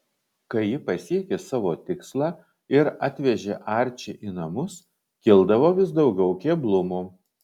kai ji pasiekė savo tikslą ir atvežė arčį į namus kildavo vis daugiau keblumų